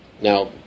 Now